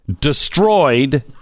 destroyed